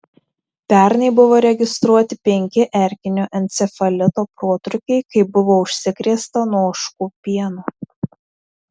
pernai buvo registruoti penki erkinio encefalito protrūkiai kai buvo užsikrėsta nuo ožkų pieno